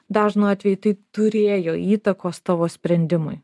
dažnu atveju tai turėjo įtakos tavo sprendimui